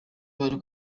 bari